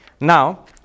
Now